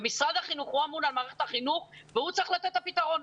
ומשרד החינוך הוא אמון על מערכת החינוך והוא צריך לתת את הפתרון.